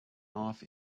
off